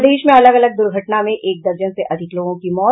प्रदेश में अलग अलग दुर्घटना में एक दर्जन से अधिक लोगों की मौत